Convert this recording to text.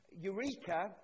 Eureka